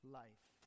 life